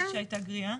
בלי שהיתה גריעה?